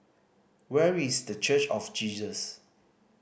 where is The Church of Jesus